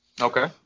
Okay